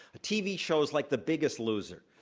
tv shows like the biggest loser,